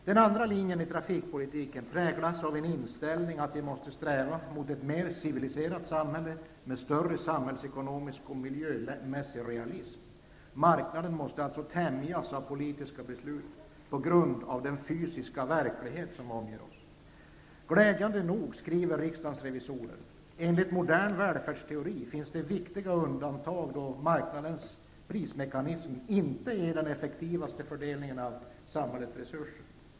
Den andra linjen i trafikpolitiken präglas av inställningen att man måste sträva mot ett mer civiliserat samhälle, med större samhällsekonomisk och miljömässig realism. Marknaden måste alltså tämjas av politiska beslut på grund av den fysiska verklighet som omger oss. Glädjande nog skriver riksdagens revisorer: ''Enligt modern välfärdsteori finns det viktiga undantag då marknadens prismekanism inte ger den effektivaste fördelningen av samhällets resurser.